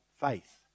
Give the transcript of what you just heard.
faith